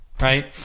right